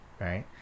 right